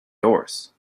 doors